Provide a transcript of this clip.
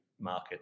market